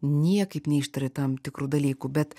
niekaip neištari tam tikrų dalykų bet